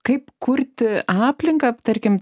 kaip kurti aplinką tarkim